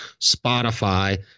Spotify